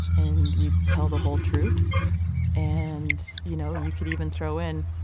and you tell the whole truth and you know you could even throw in